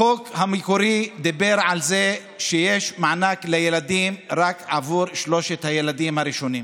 החוק המקורי דיבר על זה שיש מענק לילדים רק עבור שלושת הילדים הראשונים.